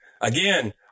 again